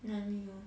哪里有